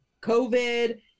COVID